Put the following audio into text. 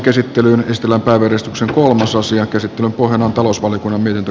käsittelyn estellä päivystyksen kolmasosa ja kysytty onko pohjana on talousvaliokunnan mietintö